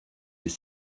les